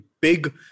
big